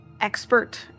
expert